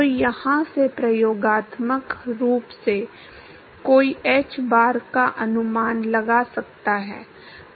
तो यहाँ से प्रयोगात्मक रूप से कोई hbar का अनुमान लगा सकता है